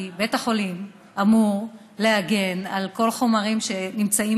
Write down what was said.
כי בית החולים אמור להגן על כל החומרים שנמצאים